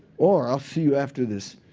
or i'll see you after this.